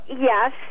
yes